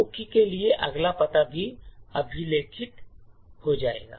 मुख्य के लिए अगला पता भी अधिलेखित हो जाएगा